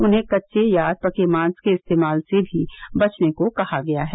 उन्हें कच्चे या अधपके मांस के इस्तेमाल से भी बचने को कहा गया है